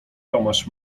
tomasz